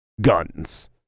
guns